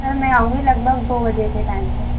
sir मैं आऊँगी लगभग दो बजे के टाइम पर